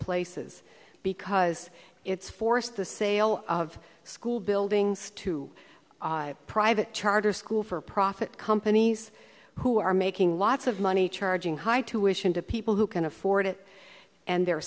places because it's forced the sale of school buildings to private charter school for profit companies who are making lots of money charging high tuition to people who can afford it and they're